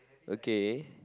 okay